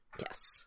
Yes